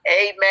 Amen